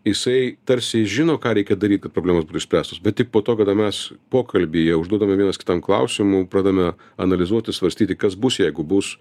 jisai tarsi žino ką reikia daryt kad problemos būtų išspręstos bet tik po to kada mes pokalbyje užduodame vienas kitam klausimų pradame analizuoti svarstyti kas bus jeigu bus